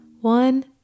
One